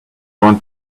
want